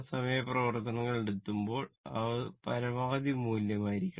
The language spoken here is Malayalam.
സമയ പ്രവർത്തനത്തിൽ ഏർപ്പെടുമ്പോൾ അത് പരമാവധി മൂല്യങ്ങളായിരിക്കണം